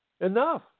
Enough